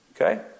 Okay